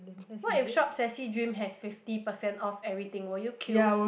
what if shop sassy dream has fifty percent off everything would you queue